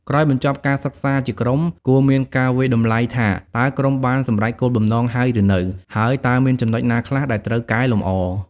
ក្រោយបញ្ចប់ការសិក្សាជាក្រុម គួរមានការវាយតម្លៃថា តើក្រុមបានសម្រេចគោលបំណងហើយឬនៅ ហើយតើមានចំណុចណាខ្លះដែលត្រូវកែលម្អ។